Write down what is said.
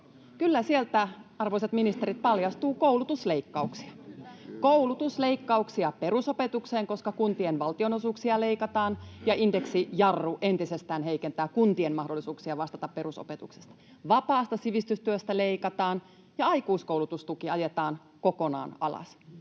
Kyllä sieltä, arvoisat ministerit, paljastuu koulutusleikkauksia: koulutusleikkauksia tulee perusopetukseen, koska kuntien valtionosuuksia leikataan ja indeksijarru entisestään heikentää kuntien mahdollisuuksia vastata perusopetuksesta, vapaasta sivistystyöstä leikataan ja aikuiskoulutustuki ajetaan kokonaan alas